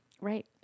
Right